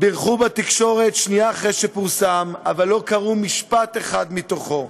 בירכו בתקשורת שנייה אחרי שפורסם אבל לא קראו משפט אחד מתוכו.